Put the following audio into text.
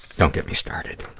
don't get me started.